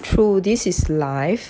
true this is life